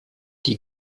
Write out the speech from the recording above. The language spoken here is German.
die